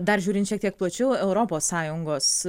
dar žiūrint šiek tiek plačiau europos sąjungos